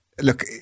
Look